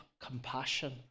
compassion